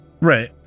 Right